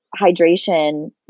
hydration